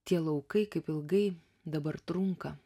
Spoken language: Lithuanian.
tie laukai kaip ilgai dabar trunka